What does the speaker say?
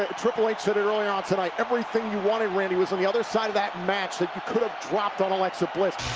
ah triple h said earlier on tonight, everything you wanted, randy was on the other side of that match that have dropped on alexa bliss.